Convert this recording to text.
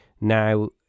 now